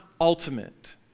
ultimate